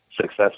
success